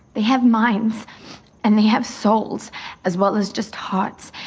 they have mines and they have souls as well as just hot's.